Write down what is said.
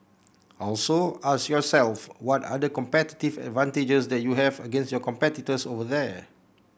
also ask yourself what are the competitive advantages that you have against your competitors over there